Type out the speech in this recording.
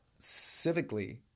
civically